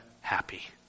happy